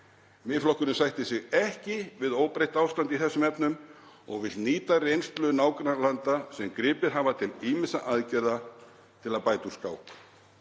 Miðflokkurinn sættir sig ekki við óbreytt ástand í þessum efnum og vill nýta reynslu nágrannalanda sem gripið hafa til ýmissa aðgerða til að bæta úr skák.